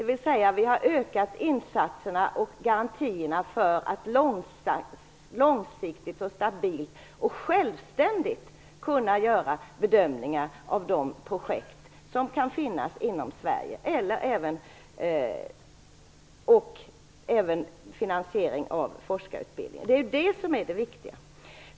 Vi har alltså ökat insatserna och garantierna för att långsiktigt, stabilt och självständigt kunna göra bedömningar av projekt som kan finnas inom Sverige och för forskarutbildningen. Detta är det viktiga.